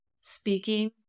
speaking